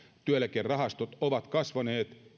työeläkerahastot ovat kasvaneet